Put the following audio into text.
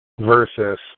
versus